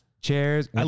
chairs